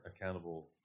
accountable